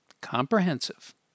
Comprehensive